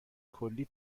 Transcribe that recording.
کلی